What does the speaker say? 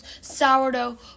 sourdough